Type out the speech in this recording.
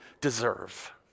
deserve